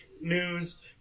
News